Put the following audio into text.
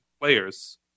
players